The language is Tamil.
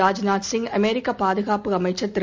ராஜ்நாத் சிங் அமெரிக்க பாதுகாப்பு அமைச்சர் திரு